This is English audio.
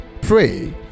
pray